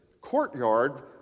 courtyard